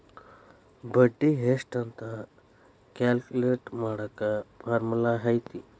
ಬಡ್ಡಿ ಎಷ್ಟ್ ಅಂತ ಕ್ಯಾಲ್ಕುಲೆಟ್ ಮಾಡಾಕ ಫಾರ್ಮುಲಾ ಐತಿ